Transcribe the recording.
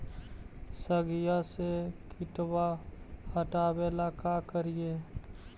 सगिया से किटवा हाटाबेला का कारिये?